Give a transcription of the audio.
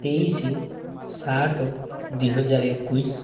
ତେଇଶ ସାତ ଦୁଇହଜାର ଏକୋଇଶ